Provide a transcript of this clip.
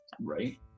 Right